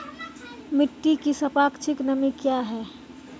मिटी की सापेक्षिक नमी कया हैं?